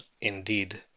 indeed